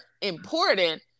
important